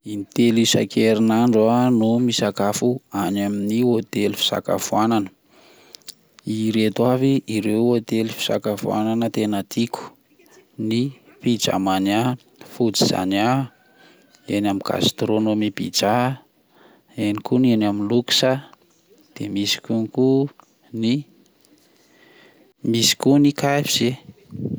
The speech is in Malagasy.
In-telo isan-kerinandro ah no misakafo any amin'ny hotely fisakafoanana, ireto avy ireo hotely fisakafoanana tena tiako ny pizzamania, foodzania, la gastronomie pizza, eny koa ny eny amin'ny looks, de misy konko ny misy koa ny KFC.